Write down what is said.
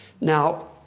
Now